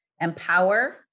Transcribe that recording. empower